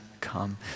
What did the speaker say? come